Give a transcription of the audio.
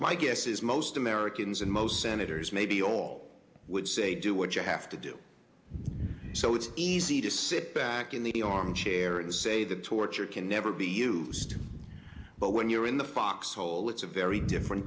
my guess is most americans and most senators maybe all would say do what you have to do so it's easy to sit back in the armchair and say that torture can never be used but when you're in the foxhole it's a very different